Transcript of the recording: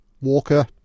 Walker